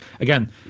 again